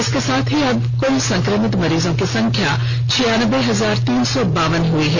इसके साथ ही अब राज्य में कल संक्रमित मरीजों की संख्या छियानबे हजार तीन सौ बावन हो गई है